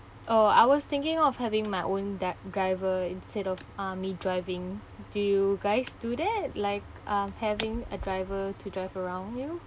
oh I was thinking of having my own deb~ driver instead of uh me driving do you guys do that like um having a driver to drive around you